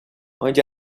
onde